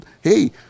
Hey